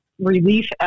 relief